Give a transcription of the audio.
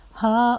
ha